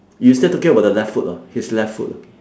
you still talking about the left foot ah his left foot